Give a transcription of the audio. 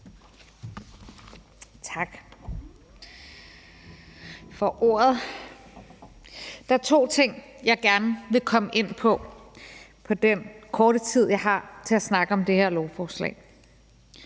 Tak for ordet. Der er to ting, jeg gerne vil komme ind på på den korte tid, jeg har til at snakke om det her lovforslag.